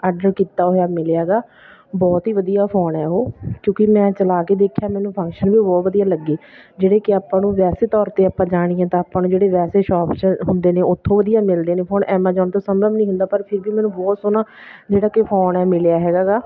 order ਕੀਤਾ ਹੋਇਆ ਮਿਲਿਆ ਗਾ ਬਹੁਤ ਹੀ ਵਧੀਆ ਫੋਨ ਹੈ ਉਹ ਕਿਉਂਕਿ ਮੈਂ ਚਲਾ ਕੇ ਦੇਖਿਆ ਮੈਨੂੰ ਫੰਕਸ਼ਨ ਵੀ ਬਹੁਤ ਵਧੀਆ ਲੱਗੇ ਜਿਹੜੇ ਕਿ ਆਪਾਂ ਨੂੰ ਵੈਸੇ ਤੌਰ 'ਤੇ ਆਪਾਂ ਜਾਣੀਏ ਤਾਂ ਆਪਾਂ ਨੂੰ ਜਿਹੜੇ ਵੈਸੇ ਸ਼ੋਪਸ 'ਚ ਹੁੰਦੇ ਨੇ ਉੱਥੋਂ ਵਧੀਆ ਮਿਲਦੇ ਨੇ ਫੋਨ ਐਮਾਜੋਂਨ ਤੋਂ ਸੰਭਵ ਨਹੀਂ ਹੁੰਦਾ ਪਰ ਫਿਰ ਵੀ ਮੈਨੂੰ ਬਹੁਤ ਸੋਹਣਾ ਜਿਹੜਾ ਕਿ ਫੋਨ ਹੈ ਮਿਲਿਆ ਹੈਗਾ ਗਾ